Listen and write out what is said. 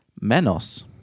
Menos